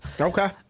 Okay